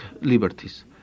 liberties